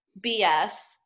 BS